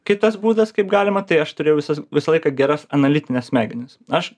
kitas būdas kaip galima tai aš turėjau visas visą laiką geras analitines smegenis aš